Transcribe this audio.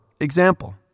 example